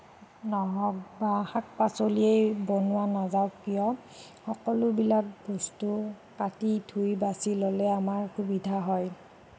নহওঁক বা শাক পাচলিয়েই বনোৱা নাযাওঁক কিয় সকলোবিলাক বস্তু কাটি ধুই বাচি ল'লে আমাৰ সুবিধা হয়